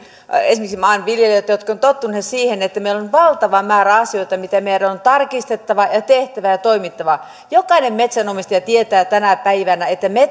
esimerkiksi maanviljelijöitä jotka ovat tottuneet siihen että meillä on valtava määrä asioita joita meidän on tarkistettava on tehtävä ja toimittava jokainen metsänomistaja tietää tänä päivänä